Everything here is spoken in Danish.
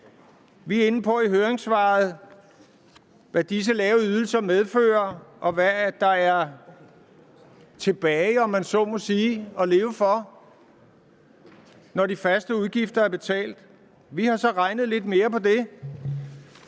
Vi er i høringssvaret inde på, hvad disse lave ydelser medfører, og hvad der er tilbage, om man så må sige, at leve for, når de faste udgifter er betalt. Vi har så regnet lidt mere på det